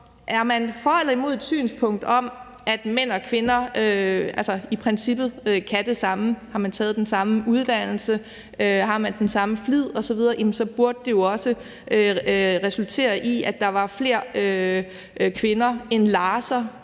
om man er for eller imod et synspunkt om, at mænd og kvinder i princippet kan det samme. Har man taget den samme uddannelse, og har man den samme flid osv., burde det jo også resultere i, at der var flere kvinder, der